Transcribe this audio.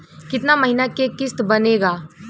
कितना महीना के किस्त बनेगा?